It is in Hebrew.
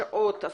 שעות,